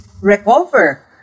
recover